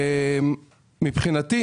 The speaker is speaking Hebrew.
מבחינתי,